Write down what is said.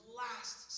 last